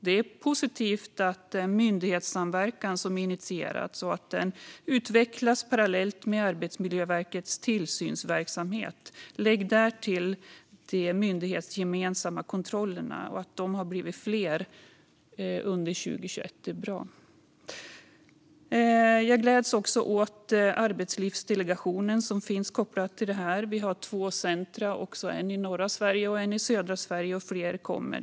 Det är positivt att en myndighetssamverkan har initierats och att den utvecklats parallellt med Arbetsmiljöverkets tillsynsverksamhet. Lägg därtill de myndighetsgemensamma kontrollerna och att de har blivit fler under 2021, vilket är bra. Kopplat till detta gläds jag också åt att Arbetslivsdelegationen finns. Vi har två center, ett i norra Sverige och ett i södra Sverige, och fler kommer.